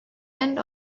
end